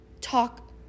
talk